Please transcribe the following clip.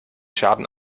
schaden